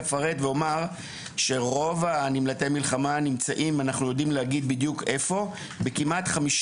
אני רק אפרט ואומר שרוב נמלטי המלחמה נמצאים בכמעט 50